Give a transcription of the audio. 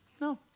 No